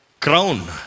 crown